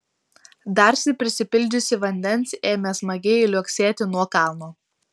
darsyk prisipildžiusi vandens ėmė smagiai liuoksėti nuo kalno